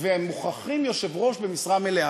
ומוכרחים יושב-ראש במשרה מלאה.